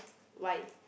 why